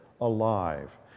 alive